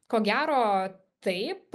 ko gero taip